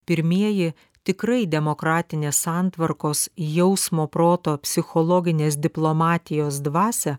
pirmieji tikrai demokratinės santvarkos jausmo proto psichologinės diplomatijos dvasią